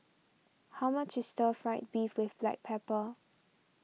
how much is Stir Fried Beef with Black Pepper